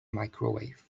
microwave